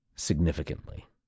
significantly